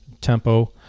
tempo